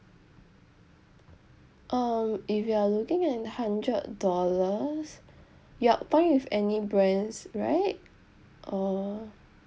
um if you are looking at hundred dollars yup fine with any brands right or